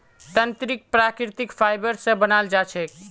तंत्रीक प्राकृतिक फाइबर स बनाल जा छेक